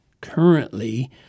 currently